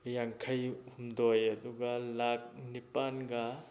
ꯌꯥꯡꯈꯩ ꯍꯨꯝꯗꯣꯏ ꯑꯗꯨꯒ ꯂꯥꯛ ꯅꯤꯄꯥꯜꯒ